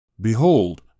behold